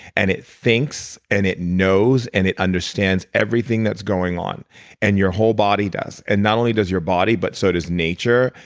and it thinks and it knows, and it understands everything that's going on and your whole body does. and not only does your body but so does nature,